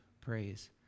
praise